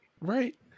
Right